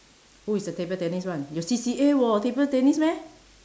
who is the table tennis one your C_C_A [wor] table tennis meh